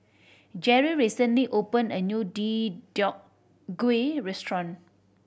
Jerrie recently opened a new Deodeok Gui restaurant